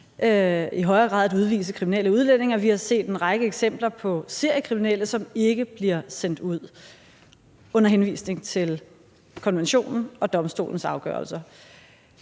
i højere grad at udvise kriminelle udlændinge, og vi har set en række eksempler på seriekriminelle, som ikke bliver sendt ud under henvisning til konventionen og domstolens afgørelser.